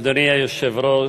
אדוני היושב-ראש,